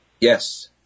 Yes